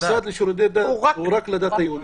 המשרד לשירותי דת הוא רק לדת היהודית.